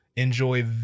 Enjoy